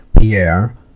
Pierre